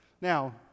now